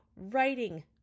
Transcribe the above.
writing